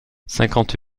cinquante